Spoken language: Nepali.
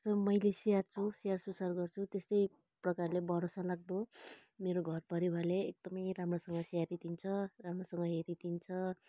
जस्तो मैले स्याहार्छु स्याहार सुसार गर्छु त्यस्तै प्रकारले भरोसालाग्दो मेरो घरपरिवारले एकदमै राम्रोसँग स्याहारी दिन्छ राम्रोसँग हेरिदिन्छ